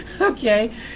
Okay